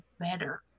better